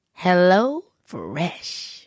HelloFresh